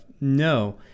No